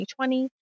2020